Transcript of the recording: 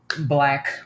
Black